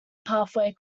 pathway